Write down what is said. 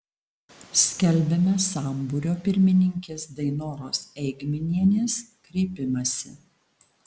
skelbiame sambūrio pirmininkės dainoros eigminienės kreipimąsi